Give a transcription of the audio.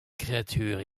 créatures